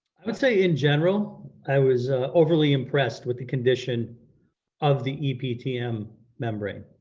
i would say in general i was overly impressed with the condition of the epdm um membrane,